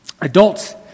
Adults